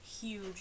huge